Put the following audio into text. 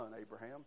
Abraham